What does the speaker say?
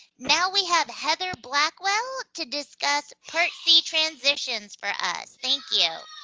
now we have heather blackwell to discuss part c transitions for us. thank you.